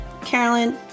Carolyn